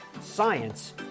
science